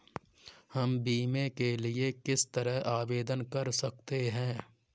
हम बीमे के लिए किस तरह आवेदन कर सकते हैं?